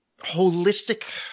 holistic